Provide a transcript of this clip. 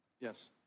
Yes